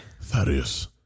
Thaddeus